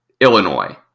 illinois